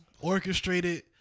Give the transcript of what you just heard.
orchestrated